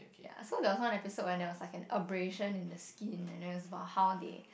ya so there was one episode when there was once episode in the skin and is about how they